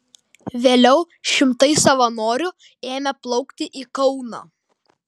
vėliau šimtai savanorių ėmė plaukti į kauną